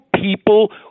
people